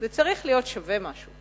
זה צריך להיות שווה משהו.